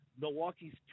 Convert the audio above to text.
Milwaukee's